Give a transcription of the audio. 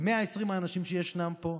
בין 120 האנשים שיש פה,